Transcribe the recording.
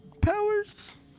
powers